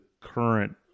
current